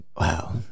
wow